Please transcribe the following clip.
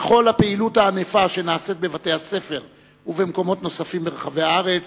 וכל הפעילות הענפה שנעשית בבתי-הספר ובמקומות נוספים ברחבי הארץ,